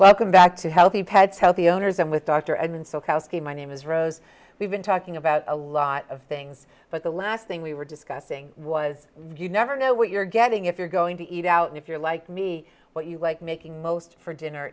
welcome back to healthy pets healthy owners i'm with dr edmond so koski my name is rose we've been talking about a lot of things but the last thing we were discussing was you never know what you're getting if you're going to eat out and if you're like me what you like making most for dinner